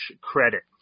credit